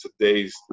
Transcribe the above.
today's